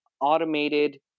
automated